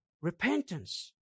Repentance